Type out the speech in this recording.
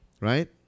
Right